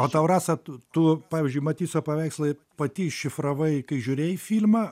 o tau rasa tu pavyzdžiui matiso paveikslai pati iššifravai kai žiūrėjai filmą